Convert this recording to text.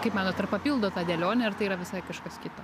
kaip manot ar papildo dėlionę ar tai yra visai kažkas kito